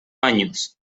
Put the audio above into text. años